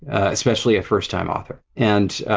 especially a first time author. and